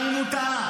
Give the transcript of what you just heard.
גם אם הוא טעה,